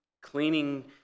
cleaning